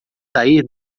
sair